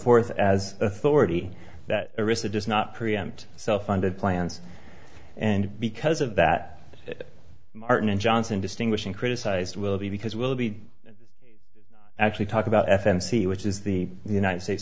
forth as authority that arista does not preempt self funded plans and because of that martin johnson distinguishing criticized will be because we'll be actually talk about f n c which is the united states